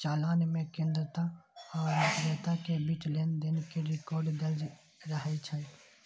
चालान मे क्रेता आ बिक्रेता के बीच लेनदेन के रिकॉर्ड दर्ज रहै छै